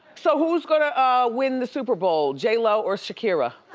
so who's gonna win the super bowl, j-lo or shakira?